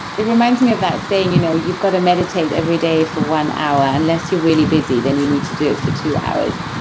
it reminds me of that saying you know you've got to meditate every day for one hour unless you're really busy then you need to do it for two hours.